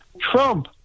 Trump